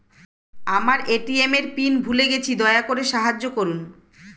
আমার এ.টি.এম এর পিন ভুলে গেছি, দয়া করে সাহায্য করুন